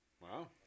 Wow